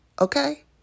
okay